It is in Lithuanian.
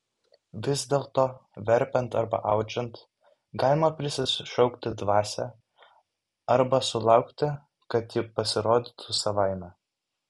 vis dėlto verpiant arba audžiant galima prisišaukti dvasią arba sulaukti kad ji pasirodytų savaime